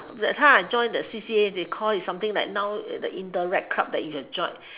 that time I join the C_C_A they call it something like now the interact club that you can join